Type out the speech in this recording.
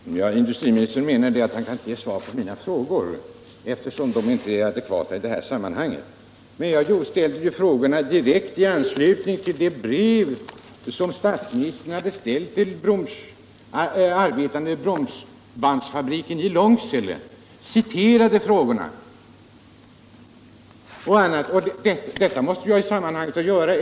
Herr talman! Industriministern menar att mina frågor inte är adekvata i det här sammanhanget och att han därför inte kan besvara dem. Men jag ställde ju frågorna i direkt anslutning till det brev som statsministern sände till arbetarna i Svenska Bromsbandsfabriken AB i Långsele. Jag citerade ju frågorna.